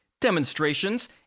demonstrations